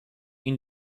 این